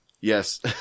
Yes